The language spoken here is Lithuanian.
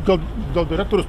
gal gal direktorius